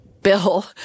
bill